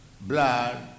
blood